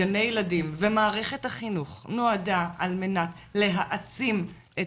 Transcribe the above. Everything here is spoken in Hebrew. גני הילדים ומערכת החינוך נועדו על מנת להעצים את